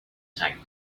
tank